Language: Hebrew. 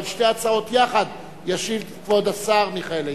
על שתי ההצעות יחד ישיב כבוד השר מיכאל איתן.